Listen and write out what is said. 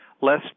less